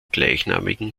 gleichnamigen